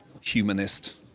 humanist